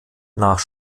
nach